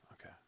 Okay